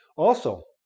also,